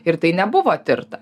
ir tai nebuvo tirta